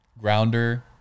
Grounder